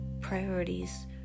priorities